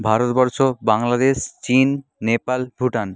Bharatvarsha Bangladesh Chin Nepal Bhutan